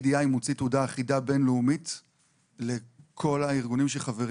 מה שהקראנו עכשיו מרחיב אבל אני מבין שהכוונה היא לא לכל מיני זכויות